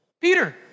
Peter